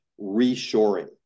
reshoring